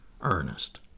Ernest